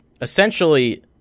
essentially